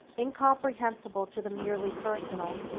incomprehensible to the merely personal.